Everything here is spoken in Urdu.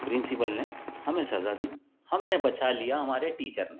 پرنسپل نے ہمیں سزا دی ہمیں بچا لیا ہمارے ٹیچر نے